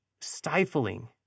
stifling